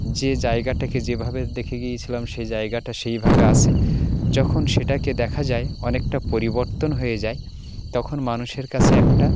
যে জায়গাটাকে যেভাবে দেখে গিয়েছিলাম সে জায়গাটা সেইভাবে আছে যখন সেটাকে দেখা যায় অনেকটা পরিবর্তন হয়ে যায় তখন মানুষের কাছে একটা